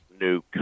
new